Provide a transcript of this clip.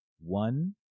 one